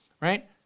right